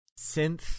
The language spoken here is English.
synth